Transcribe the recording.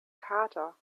kater